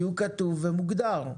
כי הוא כתוב ומוגדר.